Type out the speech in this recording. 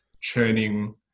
churning